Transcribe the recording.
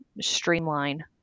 streamline